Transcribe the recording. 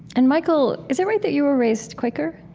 and michael, is that right that you were raised quaker?